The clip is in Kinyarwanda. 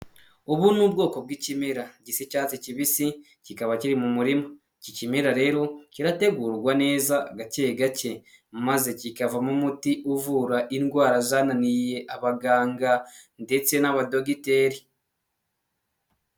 Ubu ni ubwoko bw'ikimera gisa cyatsi kibisi kikaba kiri mu murima. Iki kimera rero kirategurwa neza gake gake maze kikavamo umuti uvura indwara zananiye abaganga ndetse n'abadogiteri.